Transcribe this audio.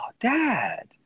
Dad